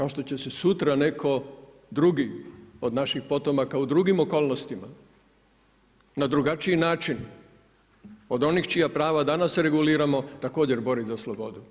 Kao što će se netko drugi od naših potomaka, u drugim okolnostima, na drugačiji način, od onih čija prava danas reguliramo također bori za slobodu.